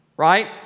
right